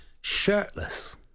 shirtless